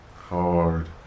Hard